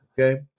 okay